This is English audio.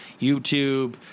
YouTube